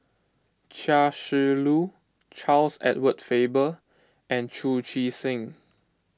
Chia Shi Lu Charles Edward Faber and Chu Chee Seng